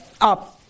up